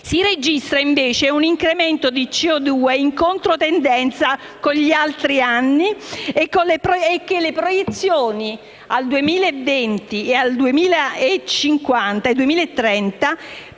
Si registra, invece, un incremento di CO2 in controtendenza con gli altri anni. E le proiezioni al 2020 e al 2030